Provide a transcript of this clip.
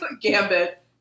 Gambit